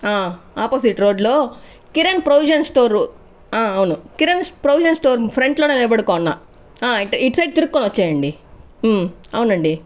opposite రోడ్డులో Kiran provisions store అవును Kiran provisions store ఫ్రంట్లోనే నిలబడుకొనున్నా ఇ ఇటు సైడ్ తిరుక్కొని వచ్చెయ్యండి అవునండి